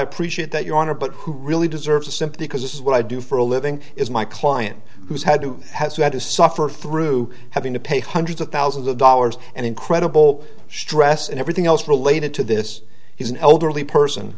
appreciate that your honor but who really deserves a simply because this is what i do for a living is my client who has had to has had to suffer through having to pay hundreds of thousands of dollars and incredible stress and everything else related to this he's an elderly person